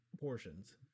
portions